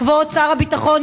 כבוד שר הביטחון,